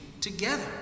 together